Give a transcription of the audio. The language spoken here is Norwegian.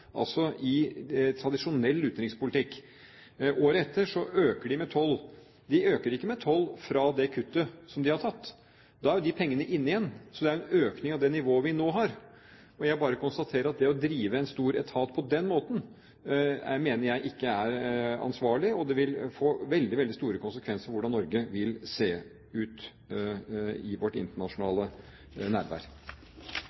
altså i tradisjonell utenrikspolitikk. Året etter øker de med 12 mill. kr. De øker ikke med 12 mill. kr fra det kuttet som de har tatt. Da er de pengene inne igjen, så det er en økning av det nivået vi nå har. Jeg bare konstaterer at det å drive en stor etat på den måten mener jeg ikke er ansvarlig, og det vil få veldig, veldig store konsekvenser for hvordan Norge vil se ut i vårt